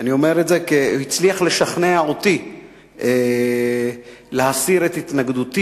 אני אומר את זה כי הוא הצליח לשכנע אותי להסיר את התנגדותי,